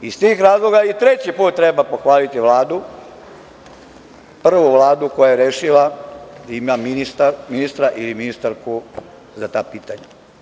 Iz tih razloga i treći put treba pohvaliti Vladu, prvu Vladu koja je rešila da ima ministra ili ministarku za ta pitanja.